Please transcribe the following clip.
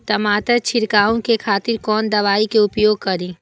टमाटर छीरकाउ के खातिर कोन दवाई के उपयोग करी?